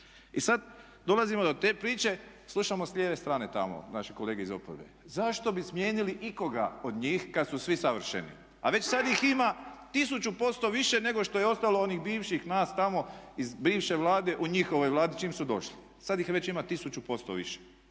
I sad dolazimo do te priče, slušamo s lijeve strane tamo vaše kolege iz oporbe zašto bi smijenili ikoga od njih kad su svi savršeni. A već sad ih ima 1000% više nego što je ostalo onih bivših nas tamo iz bivše Vlade u njihovoj Vladi čim su došli, sad ih već ima 1000% više.